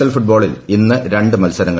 L ഫുട്ബോളിൽ ഇന്ന് രണ്ട് മത്സരങ്ങൾ